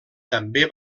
també